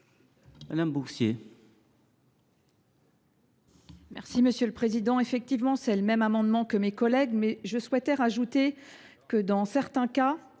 Madame Bourcier,